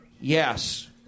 Yes